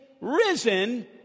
risen